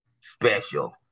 special